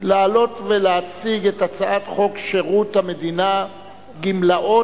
לעלות ולהציג את הצעת חוק שירות המדינה (גמלאות)